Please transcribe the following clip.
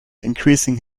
increasing